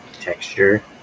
texture